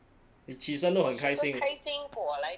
你起身都很开心